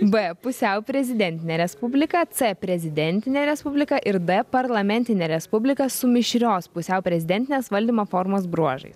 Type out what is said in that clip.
b pusiau prezidentinė respublika c prezidentinė respublika ir d parlamentinė respublika su mišrios pusiau prezidentinės valdymo formos bruožais